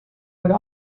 would